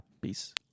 Peace